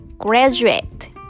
Graduate